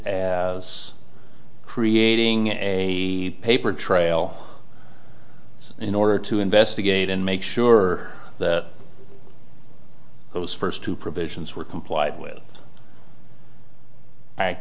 as creating a paper trail in order to investigate and make sure that those first two provisions were complied with